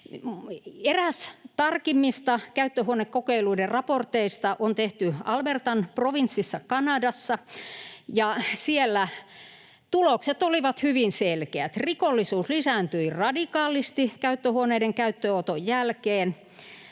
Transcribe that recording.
Eräs tarkimmista käyttöhuonekokeiluiden raporteista on tehty Albertan provinssissa Kanadassa, ja siellä tulokset olivat hyvin selkeät: rikollisuus lisääntyi radikaalisti käyttöhuoneiden käyttöönoton jälkeen,